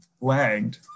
lagged